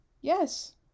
Yes